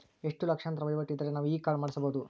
ಎಷ್ಟು ಲಕ್ಷಾಂತರ ವಹಿವಾಟು ಇದ್ದರೆ ನಾವು ಈ ಕಾರ್ಡ್ ಮಾಡಿಸಬಹುದು?